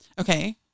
okay